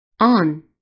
On